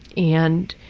and